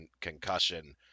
concussion